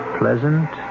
pleasant